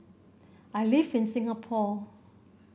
I live in Singapore